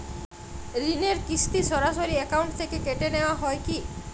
ঋণের কিস্তি সরাসরি অ্যাকাউন্ট থেকে কেটে নেওয়া হয় কি?